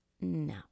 No